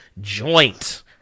joint